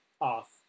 off